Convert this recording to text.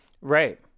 Right